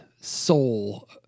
soul